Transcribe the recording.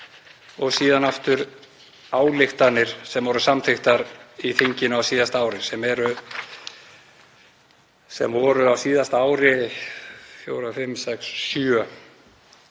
og síðan aftur ályktanir sem voru samþykktar í þinginu á síðasta ári sem voru á síðasta ári sjö talsins